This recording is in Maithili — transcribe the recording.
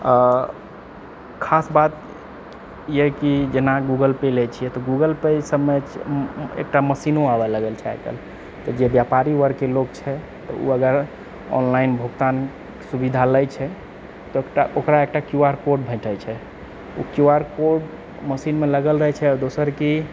आ खास बात यऽ कि जेना गूगल पे लए छियै तऽ गूगल पे सबमे एकटा मशीनो आबऽ लागल छै आइकाल्हि तऽ जे व्यापारी वर्गके लोग छै तऽ ओ अगर ऑनलाइन भुगतान सुविधा लए छै तऽ ओकरा एकटा क्यू आर कोड भेटै छै ओ क्यू आर कोड मशीनमे लगल रहैत छै आ दोसर की